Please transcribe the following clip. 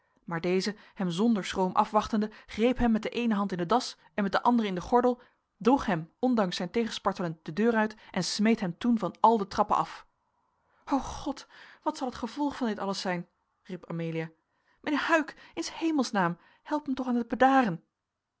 maar deze hem zonder schroom afwachtende greep hem met de eene hand in de das en met de andere in den gordel droeg hem ondanks zijn tegenspartelen de deur uit en smeet hem toen van al de trappen af o god wat zal het gevolg van dit alles zijn riep amelia mijnheer huyck in s hemelsnaam help hem toch aan t bedaren